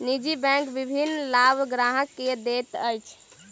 निजी बैंक विभिन्न लाभ ग्राहक के दैत अछि